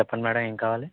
చెప్పండి మ్యాడం ఏం కావాలి